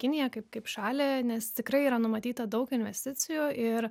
kiniją kaip kaip šalį nes tikrai yra numatyta daug investicijų ir